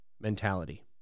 mentality